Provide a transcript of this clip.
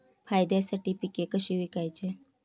फायद्यासाठी पिके कशी विकायची?